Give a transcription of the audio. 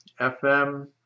FM